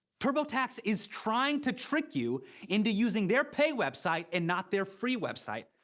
turbotax is trying to trick you into using their pay website and not their free website.